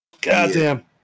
Goddamn